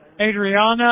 Adriana